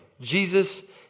Jesus